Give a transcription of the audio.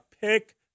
pick